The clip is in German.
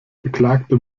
beklagte